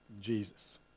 Jesus